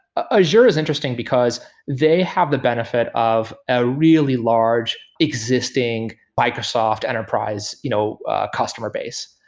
ah azure is interesting, because they have the benefit of a really large existing microsoft enterprise you know customer base.